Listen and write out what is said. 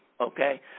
okay